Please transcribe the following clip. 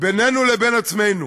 בינינו לבין עצמנו